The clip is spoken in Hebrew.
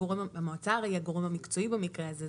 המועצה היא הרי הגורם המקצועי במקרה הזה,